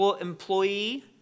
employee